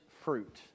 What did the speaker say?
fruit